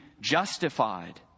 justified